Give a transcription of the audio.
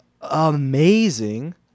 amazing